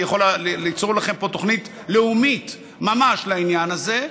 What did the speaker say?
אני יכול ליצור לכם פה תוכנית לאומית ממש לעניין הזה,